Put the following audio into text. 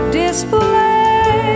display